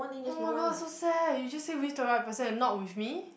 oh my god so sad you just said with the right person and not with me